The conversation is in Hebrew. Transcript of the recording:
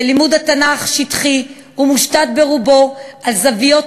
ולימוד התנ"ך שטחי ומושתת ברובו על זוויות